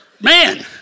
man